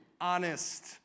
honest